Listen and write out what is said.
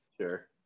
sure